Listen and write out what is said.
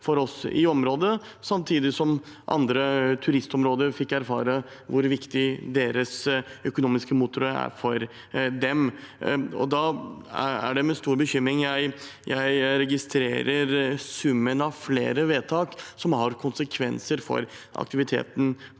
for oss i området, samtidig som andre turistområder fikk erfare hvor viktig deres økonomiske motor er for dem. Det er med stor bekymring jeg registrerer summen av flere vedtak som har konsekvenser for aktiviteten